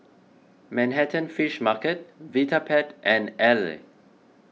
Manhattan Fish Market Vitapet and Elle